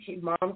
mom